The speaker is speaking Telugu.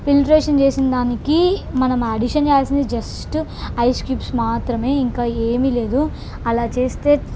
ఫిల్టరేషన్ చేసిన దానికి మనం ఆడిషన్ చేయాల్సింది జస్ట్ ఐస్ క్యూబ్స్ మాత్రమే ఇంకా ఏమి లేదు అలా చేస్తే